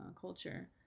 culture